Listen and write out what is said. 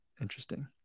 Interesting